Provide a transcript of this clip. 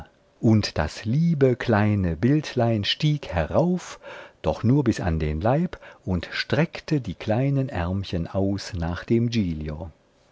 und das liebe kleine bildlein stieg herauf doch nur bis an den leib und streckte die kleinen ärmchen aus nach dem